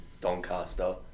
Doncaster